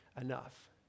enough